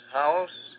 house